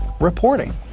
reporting